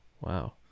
wow